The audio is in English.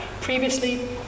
previously